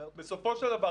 בסופו של דבר,